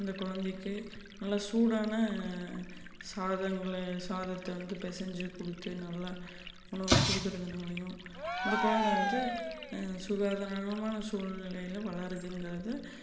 அந்த குழந்தைக்கு நல்ல சூடான சாதங்களை சாதத்தை வந்து பிசஞ்சு கொடுத்து நல்லா உணவு கொடுக்குறதுனாலையும் அந்த குழந்த வந்து சுகாதாரமான சூழ்நிலையில் வளருதுங்குறது